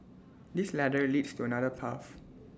this ladder leads to another path